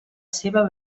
seva